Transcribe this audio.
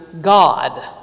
God